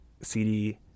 cd